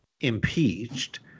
impeached